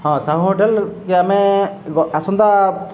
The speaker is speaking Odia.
ହଁ ସାହୁ ହୋଟେଲ କି ଆମେ ଆସନ୍ତା